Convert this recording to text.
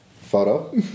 Photo